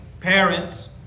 parent